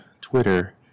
Twitter